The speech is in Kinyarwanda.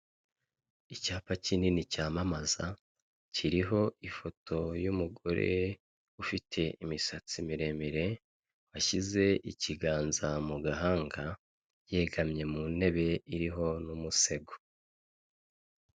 Icyapa kinini cyamamaza kiriho ifoto y'umugore ufite imisatsi miremire, washyize ikiganza mugahanga yegamye mu ntebe iriho n'umusego.